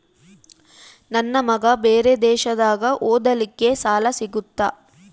ನನ್ನ ಮಗ ಬೇರೆ ದೇಶದಾಗ ಓದಲಿಕ್ಕೆ ಸಾಲ ಸಿಗುತ್ತಾ?